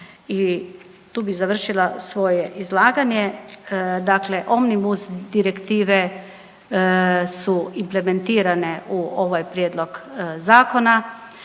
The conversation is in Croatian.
I tu bih završila svoje izlaganje. Dakle, Omnibus direktive su implementirane u ovaj prijedlog zakona,